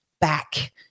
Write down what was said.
back